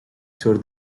sur